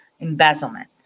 Embezzlement